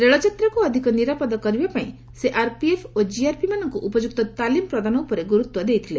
ରେଳଯାତ୍ରାକୁ ଅଧିକ ନିରାପଦ କରିବା ପାଇଁ ସେ ଆରପିଏଫ ଓ ଜିଆରପିମାନଙ୍କୁ ଉପଯୁକ୍ତ ତାଲିମ ପ୍ରଦାନ ଉପରେ ଗୁରତ୍ୱ ଦେଇଥିଲେ